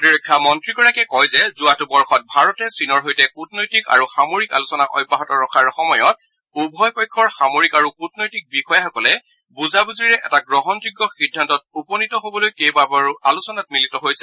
প্ৰতিৰক্ষা মন্নীগৰাকীয়ে কয় যে যোৱাটো বৰ্যত ভাৰতে চীনৰ সৈতে কৃটনৈতিক আৰু সামৰিক আলোচনা অব্যাহত ৰখাৰ সময়ত উভয় পক্ষৰ সামৰিক আৰু কূটনৈতিক বিষয়াসকলে বুজাবুজিৰে এটা গ্ৰহণযোগ্য সিদ্ধান্তত উপনীত হ'বলৈ কেইবাবাৰো আলোচনাত মিলিত হৈছে